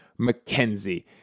McKenzie